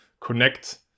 connect